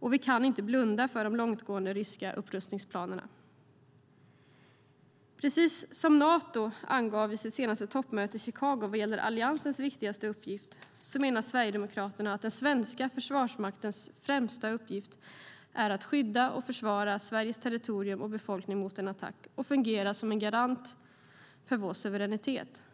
och vi kan inte blunda för de långtgående ryska upprustningsplanerna. Precis som Nato angav vid sitt senaste toppmöte i Chicago vad gäller alliansens viktigaste uppgift menar Sverigedemokraterna att den svenska Försvarsmaktens främsta uppgift är att skydda och försvara Sveriges territorium och befolkning mot en attack och fungera som en garant för vår suveränitet.